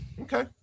okay